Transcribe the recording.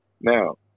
Now